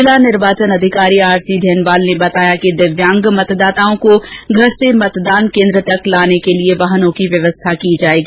जिला निर्चाचन अधिकारी आर सी ढेनवाल ने बताया कि दिव्यांग मतदाताओं को घर से मतदान केन्द्र तक लाने के लिए वाहनों की व्यवस्था की गई है